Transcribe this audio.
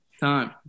Time